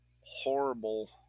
Horrible